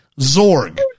zorg